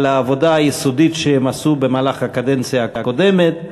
העבודה היסודית שהם עשו במהלך הקדנציה הקודמת.